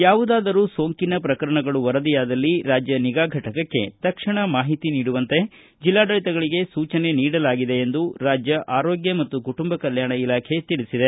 ಯಾವುದಾದರೂ ಸೋಂಕಿನ ಪ್ರಕರಣಗಳು ವರದಿಯಾದಲ್ಲಿ ಕರ್ನಾಟಕ ರಾಜ್ಯ ನಿಗಾ ಫಟಕಕ್ಕೆ ತಕ್ಷಣ ಮಾಹಿತಿ ನೀಡುವಂತೆ ಜಿಲ್ಲಾಡಳಿತಗಳಿಗೆ ಸೂಚನೆ ನೀಡಲಾಗಿದೆ ಎಂದು ರಾಜ್ಜ ಆರೋಗ್ನ ಮತ್ತು ಕುಟುಂಬ ಕಲ್ಯಾಣಇಲಾಖೆ ತಿಳಿಸಿದೆ